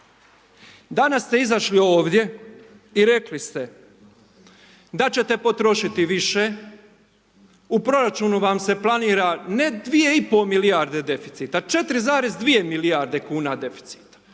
Danas ste izašli ovdje i rekli ste, da ćete potrošiti više, u proračunu vam se planira, ne 2,5 milijarde deficita, 4,2 milijarde kuna deficita.